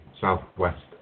southwest